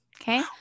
Okay